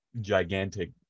gigantic